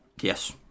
Yes